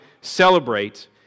celebrate